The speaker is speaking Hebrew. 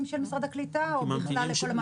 של משרד הקליטה או בכלל לכל הממתינים?